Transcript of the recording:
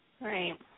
Right